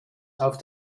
auf